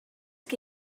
que